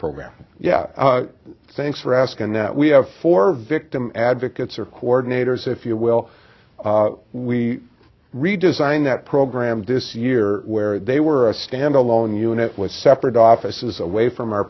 program yeah thanks for asking that we have for victim advocates or coordinators if you will we redesigned that program this year where they were a stand alone unit was separate offices away from our